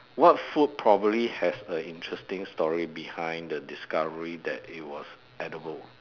what food probably has a interesting story behind the discovery that it was edible